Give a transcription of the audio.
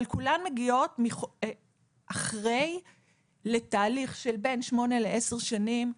אבל כולן מגיעות אחרי לתהליך של בין שמונה לעשר שנים,